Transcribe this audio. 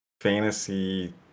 fantasy